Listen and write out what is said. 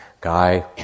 guy